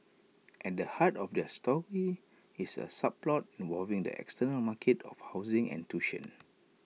at the heart of their story is A subplot involving the external markets of housing and tuition